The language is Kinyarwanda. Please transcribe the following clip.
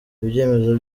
ibyemezo